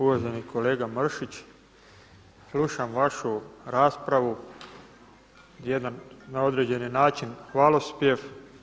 Uvaženi kolega Mrsić, slušam vašu raspravu jedan na određeni način hvalospjev.